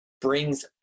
brings